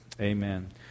Amen